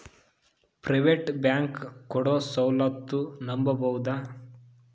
Private bank ಕೊಡೊ ಸೌಲತ್ತು ನಂಬಬೋದ?